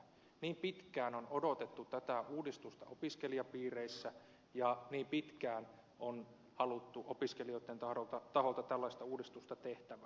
niin pitkään on odotettu tätä uudistusta opiskelijapiireissä ja niin pitkään on haluttu opiskelijoitten taholta tällaista uudistusta tehtävän